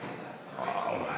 14 והוראת